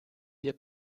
wir